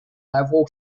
level